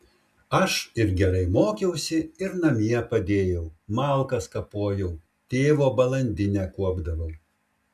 aš ir gerai mokiausi ir namie padėjau malkas kapojau tėvo balandinę kuopdavau